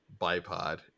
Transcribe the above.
Bipod